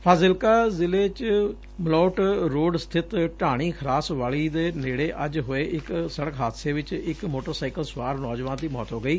ਫਾਜਿਲਕਾ ਜਿਲੇ 'ਚ ਮਲੋਟ ਰੋਡ ਸਥਿਤ ਢਾਣੀ ਖਰਾਸ ਵਾਲੀ ਦੇ ਨੇੜੇ ਹੋਏ ਇਕ ਸੜਕ ਹਾਦਸੇ ਵਿਚ ਇਕ ਮੌਟਰਸਾਈਕਲ ਸਵਾਰ ਨੌਜਵਾਨ ਦੀ ਮੌਤ ਹੋ ਗਈ